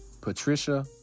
Patricia